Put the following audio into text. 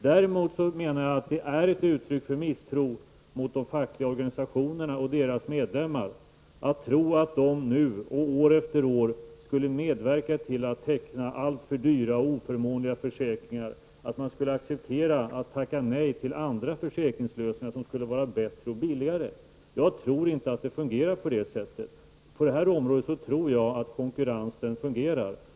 Däremot, menar jag, är det ett uttryck för misstro mot de fackliga organisationerna och deras medlemmar att tro att dessa nu och år efter år skulle medverka till tecknandet av alltför dyra och oförmånliga försäkringar, att man skulle acceptera ett nej till andra, bättre och billigare, försäkringslösningar. Jag tror inte att det fungerar på det sättet. När det gäller det här området tror jag att konkurrensen fungerar.